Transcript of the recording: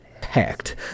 packed